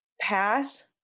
path